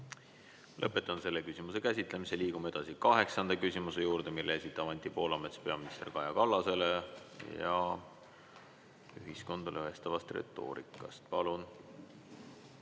Lõpetan selle küsimuse käsitlemise. Liigume edasi kaheksanda küsimuse juurde, mille esitab Anti Poolamets peaminister Kaja Kallasele ühiskonda lõhestava retoorika kohta.